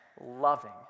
loving